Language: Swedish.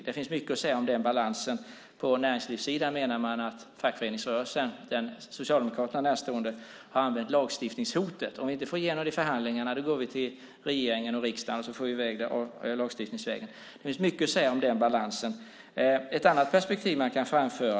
Det finns mycket att säga om den balansen. På näringslivssidan menar man att fackföreningsrörelsen, den Socialdemokraterna närstående, har använt lagstiftningshotet: Om vi inte får igenom det i förhandlingarna går vi till regeringen och riksdagen, och så får vi gå lagstiftningsvägen. Det finns mycket att säga om den balansen.